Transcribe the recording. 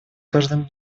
каждым